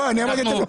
לא, אני אומר את זה.